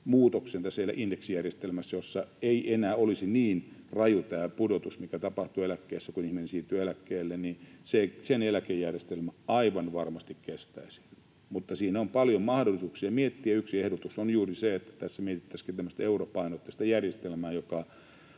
muutoksen siellä indeksijärjestelmässä, jossa ei enää olisi niin raju tämä pudotus, mikä tapahtuu eläkkeessä, kun ihminen siirtyy eläkkeelle, eläkejärjestelmä aivan varmasti kestäisi. Mutta siinä on paljon mahdollisuuksia miettiä, ja yksi ehdotus on juuri se, että tässä mietittäisiinkin tämmöistä europainotteista järjestelmää, joka